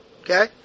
Okay